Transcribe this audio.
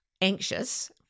anxious